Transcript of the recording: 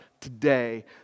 today